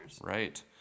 Right